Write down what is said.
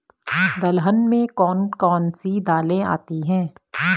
दलहन में कौन कौन सी दालें आती हैं?